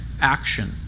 action